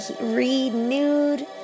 renewed